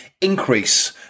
increase